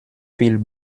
viel